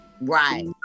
right